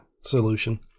solution